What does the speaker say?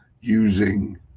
using